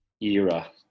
Era